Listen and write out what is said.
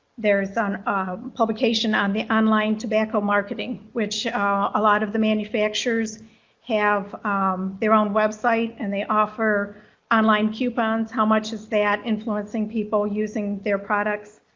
there's a publication on the online tobacco marketing, which a lot of the manufacturers have their own website and they offer online coupons. how much is that influencing people using their products?